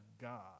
God